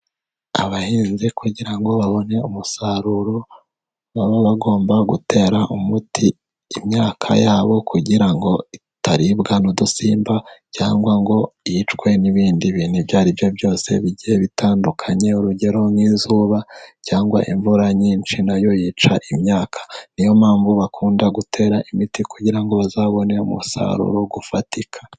Abahinzi kugira ngo babone umusaruro baba bagomba gutera umuti imyaka yabo kugira ngo itaribwa n'udusimba cyangwa ngo yicwe n'ibindi bintu ibyo ari byo byose bigiye bitandukanye urugero nk'izuba cyangwa imvura nyinshi nayo yica imyaka. Niyo mpamvu bakunda gutera imiti kugira ngo bazabone umusaruro ufatika.